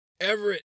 Everett